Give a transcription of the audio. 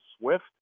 Swift